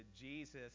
Jesus